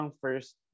first